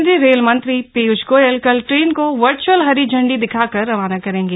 केंद्रीय रेल मंत्री पीयूष गोयल कल ट्रेन को वर्च्अली हरी झंडी दिखाकर रवाना करेंगे